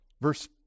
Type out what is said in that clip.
Verse